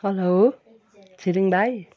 hello Chhiring भाइ